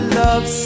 love